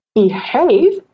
behave